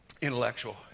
intellectual